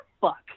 fuck